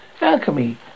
Alchemy